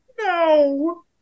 No